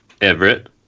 Everett